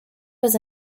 was